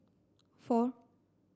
four